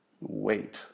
wait